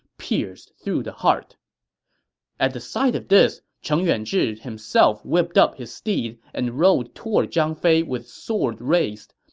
pierced through the heart at the sight of this, cheng yuanzhi himself whipped up his steed and rode toward zhang fei with sword raised.